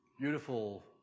beautiful